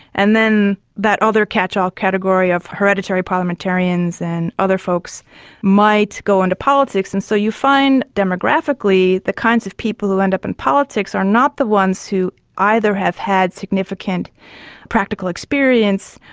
and then that other catchall category of hereditary parliamentarians and other folks might go into politics. and so you find demographically the kinds of people who end up in politics are not the ones who either have had significant practical experience,